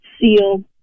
seal